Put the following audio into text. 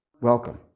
welcome